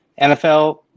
NFL